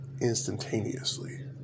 instantaneously